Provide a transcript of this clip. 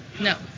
No